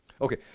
okay